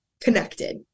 connected